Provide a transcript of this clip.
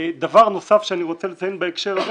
דבר נוסף שאני רוצה לציין בהקשר הזה,